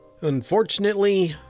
Unfortunately